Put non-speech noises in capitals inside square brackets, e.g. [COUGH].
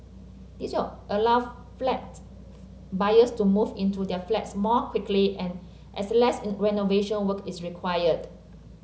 this will allow flat [UNINTELLIGIBLE] buyers to move into their flats more quickly and as less renovation work is required